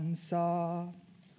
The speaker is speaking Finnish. saa